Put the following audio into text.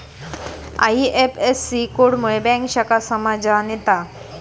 IFSC code मुळे bank शाखा समजान येता